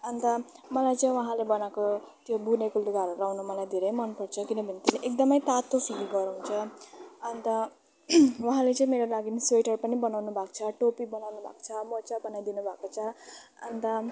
अन्त मलाई चाहिँ उहाँले बनाएको त्यो बुनेको लुगाहरू लगाउनु मलाई धेरै मनपर्छ किनभने त्यसले एखदमै तातो फिल गराउँछ अन्त उहाँले चाहिँ मेरो लागि स्वेटर पनि बनाउनु भएको छ टोपी बनाउनु भएको छ मोजा बनाइदिनु भएको छ अन्त